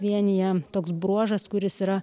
vienija toks bruožas kuris yra